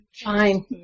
Fine